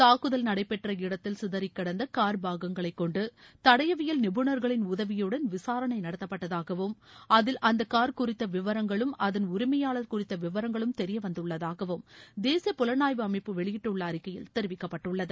தாக்குதல் நடைபெற்ற இடத்தில் சிதறி கிடந்த கார் பாகங்களை கொண்டு தடயவியல் நிபுணர்களின் உதவிபுடன் விசாரணை நடத்தப்பட்டதாகவும் அதில் அந்த கார் குறித்த விவரங்களும் அதன் உரிமையாளர் குறித்த விவரங்களும் தெரியவந்துள்ளதாகவும் தேசிய புலனாய்வு அமைப்பு வெளியிட்டுள்ள அறிக்கையில் தெரிவிக்கப்பட்டுள்ளது